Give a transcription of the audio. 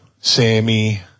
Sammy